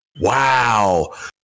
Wow